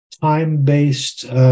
time-based